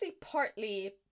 partly